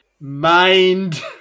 mind